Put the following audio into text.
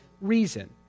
reason